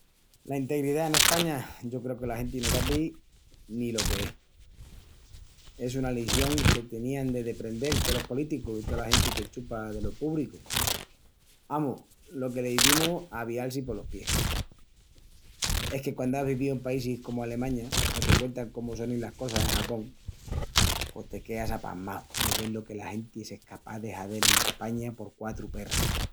La integridá en España yo creu que la genti no sabi ni lo qué es. Es una lición que tenían de deprendel tolos politicus i tola genti que chupa delo púbricu. Amus, lo que l'izimus avial-si polos pies. Es que quandu ás vivíu en paísis comu Alemaña o te cuentan cómu sonin las cosas en Japón pos te queas apasmau de vel lo que la genti es escapás de hazel en España por quatru perras.